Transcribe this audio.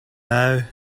now